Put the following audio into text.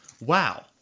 Wow